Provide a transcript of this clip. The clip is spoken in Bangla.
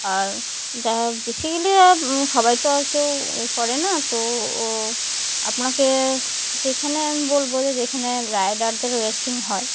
আর যারা বেসিক্যালি যারা সবাই তো আর কেউ ই করে না তো ও আপনাকে যেখানে বলব যে যেখানে রাইডারদের রেসিং হয়